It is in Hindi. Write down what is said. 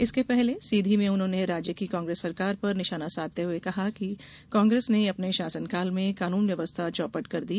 इसके पहले सीधी में उन्होंने राज्य की कांग्रेस सरकार पर निशाना साधते हुए है कहा कि कांग्रेस ने अपने शासन काल में कानून व्यवस्था चौपट कर दी